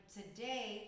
today